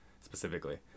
specifically